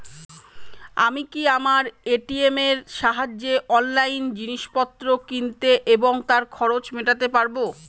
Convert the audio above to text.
আমি কি আমার এ.টি.এম এর সাহায্যে অনলাইন জিনিসপত্র কিনতে এবং তার খরচ মেটাতে পারব?